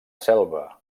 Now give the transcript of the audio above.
selva